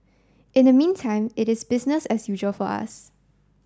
in the meantime it is business as usual for us